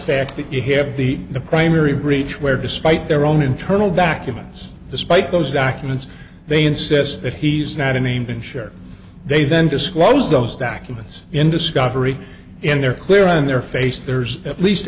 fact that you hear the the primary breach where despite their own internal documents despite those documents they insist that he's not a named ensure they then disclose those documents in discovery in their clear in their face there's at least